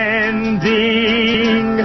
ending